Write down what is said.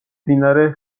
მდინარე